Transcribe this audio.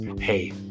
hey